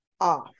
off